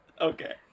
okay